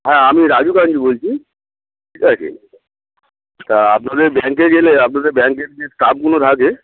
হ্যাঁ আমি রাজু কারোঞ্জি বলছি ঠিক আছে তা আপনাদের ব্যাংকে গেলে আপনাদের ব্যাংকের যে স্টাফগুলো থাকে